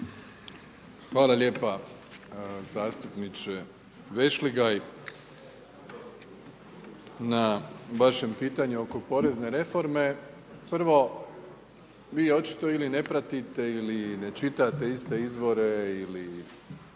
Hvala lijepa zastupniče Vešligaj na vašem pitanju oko porezne reforme. Prvo, vi očito ili ne pratite ili ne čitate iste izvore ili